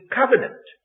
covenant